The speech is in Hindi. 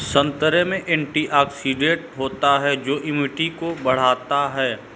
संतरे में एंटीऑक्सीडेंट होता है जो इम्यूनिटी को बढ़ाता है